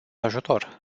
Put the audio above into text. ajutor